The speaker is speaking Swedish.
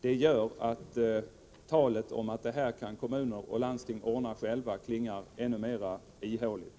Det gör att talet om att kommuner och landsting själva kan ordna det här klingar ännu mera ihåligt.